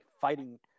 fighting